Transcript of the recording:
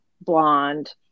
blonde